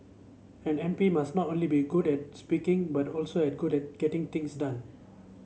an M P must now only be good at speaking but also at good at getting things done